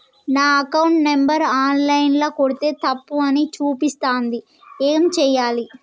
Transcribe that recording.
నా account number online ల కొడ్తే తప్పు అని చూపిస్తాంది ఏం చేయాలి?